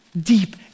Deep